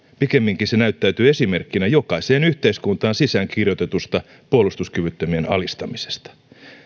pikemminkin se näyttäytyy esimerkkinä jokaiseen yhteiskuntaan sisäänkirjoitetusta puolustuskyvyttömien alistamisesta